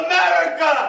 America